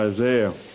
Isaiah